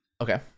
Okay